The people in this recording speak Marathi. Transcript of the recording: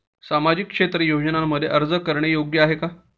सामाजिक क्षेत्र योजनांमध्ये अर्ज करणे योग्य आहे का?